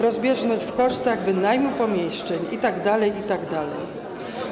Rozbieżność w kosztach wynajmu pomieszczeń itd., itd. Głośniej!